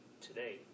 today